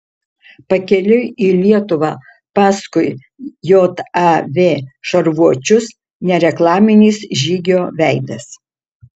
pakeliui į lietuvą paskui jav šarvuočius nereklaminis žygio veidas